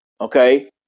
okay